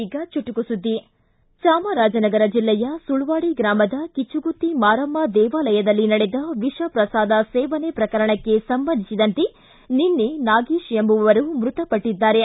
ಈಗ ಚುಟುಕು ಸುದ್ದಿ ಚಾಮರಾಜನಗರ ಜಿಲ್ಲೆಯ ಸುಳ್ವಾಡಿ ಗ್ರಾಮದ ಕಿಚುಗುತ್ತಿ ಮಾರಮ್ಮ ದೇವಾಲಯದಲ್ಲಿ ನಡೆದ ವಿಷ ಪ್ರಸಾದ ಸೇವನೆ ಪ್ರಕರಣಕ್ಕೆ ಸಂಬಂಧಿಸಿದಂತೆ ನಿನ್ನೆ ನಾಗೇಶ್ ಎಂಬುವವರು ಮೃತಪಟ್ಟದ್ದಾರೆ